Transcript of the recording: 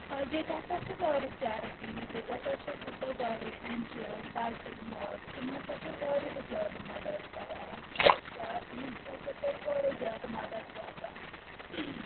ییٚتہِ ہسا چھِ واریاہ چیرِٹیٖز ییٚتہِ ہسا چھِ مطلب واریاہ این جی اوز بیتُل مالز تِم ہسا چھِ واریاہ زیادٕ مدد کران تہنٛدۍ سۭتۍ ہسا چھ اسہِ واریاہ زیادٕ مدد واتان